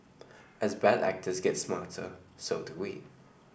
as bad actors gets smarter so do we